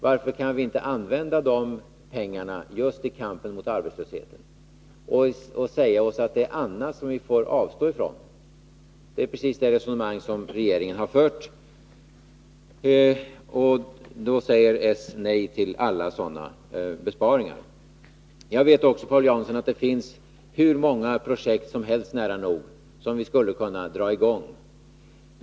Varför kan vi inte använda de pengarna just i kampen mot arbetslösheten och säga oss att det är annat som vi får avstå ifrån? Det är precis det resonemang som regeringen har fört. Men socialdemokraterna säger nej till alla sådana besparingar. Jag vet också, Paul Jansson, att det finns nära nog hur många projekt som helst som skulle kunna dras i gång.